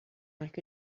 like